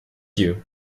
you